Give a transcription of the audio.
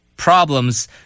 problems